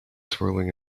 swirling